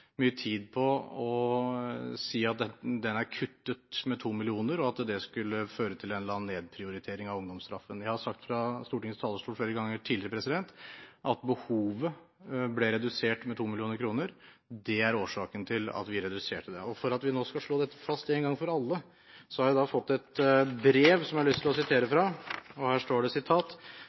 mye tid på å si at bevilgningen er kuttet med 2 mill. kr, og at det vil føre til en eller annen nedprioritering av ungdomsstraffen. Jeg har flere ganger tidligere sagt fra Stortingets talerstol at behovet ble redusert med 2 mill. kr. Det er årsaken til at vi reduserte det. For at vi skal kunne slå dette fast en gang for alle: Jeg har fått et brev som jeg har lyst til å sitere fra: